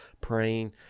praying